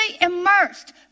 immersed